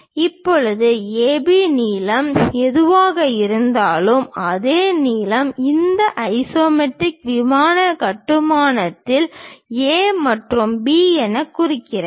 இப்போது AB நீளம் எதுவாக இருந்தாலும் அதே நீளம் இந்த ஐசோமெட்ரிக் விமான கட்டுமானத்தில் A மற்றும் B எனக் குறிக்கிறது